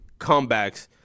comebacks